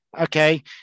okay